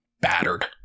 battered